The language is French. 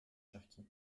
cherki